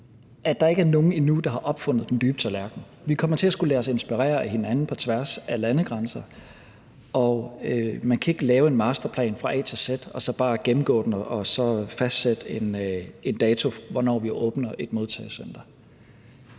at der ikke er nogen endnu, der har opfundet den dybe tallerken. Vi kommer til at skulle lade os inspirere af hinanden på tværs af landegrænser, og man kan ikke lave en masterplan fra A til Z og så bare gennemgå den og så fastsætte en dato for, hvornår vi åbner et modtagecenter.